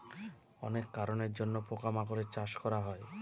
অনেক কারনের জন্য পোকা মাকড়ের চাষ করা হয়